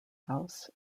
house